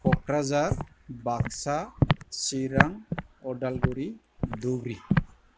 Kokrajhar Baksa Chirang Udalguri Dhubri